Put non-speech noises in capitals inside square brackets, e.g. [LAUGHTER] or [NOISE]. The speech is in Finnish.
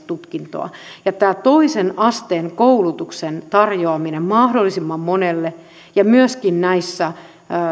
[UNINTELLIGIBLE] tutkintoa tämä toisen asteen koulutuksen tarjoamiseen mahdollisimman monelle ja myöskin näissä